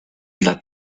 dla